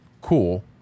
Cool